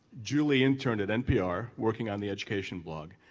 julie interned at npr working on the education blog,